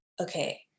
okay